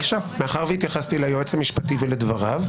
מאחר שהתייחסתי ליועץ המשפטי ולדבריו,